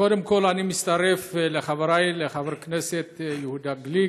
קודם כול, אני מצטרף לחברי חבר הכנסת יהודה גליק,